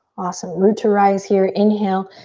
awesome, root to rise here. inhale,